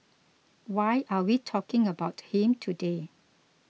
why are we talking about him today